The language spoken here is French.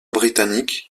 britannique